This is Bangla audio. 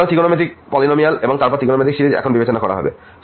সুতরাং ত্রিকোণমিতিক বহুপদী এবং তারপর ত্রিকোণমিতিক সিরিজ এখন বিবেচনা করা হবে